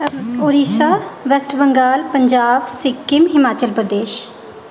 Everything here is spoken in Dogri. ओडिशा वेस्ट बंगाल पंजाब सिक्किम हिमाचल प्रदेश